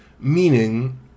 Meaning